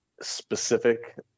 specific